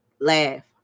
laugh